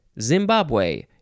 zimbabwe